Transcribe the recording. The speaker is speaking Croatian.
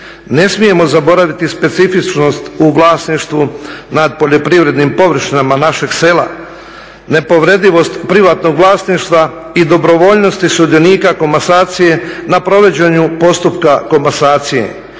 Ne smijemo zaboraviti specifičnost u vlasništvu nad poljoprivrednim površinama našeg sela, nepovredivost privatnog vlasništva i dobrovoljnosti sudionika komasacije na provođenju postupka komasacije.